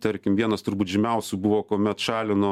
tarkim vienas turbūt žymiausių buvo kuomet šalino